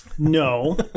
No